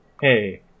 Hey